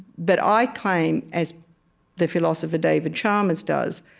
but i claim, as the philosopher david chalmers does,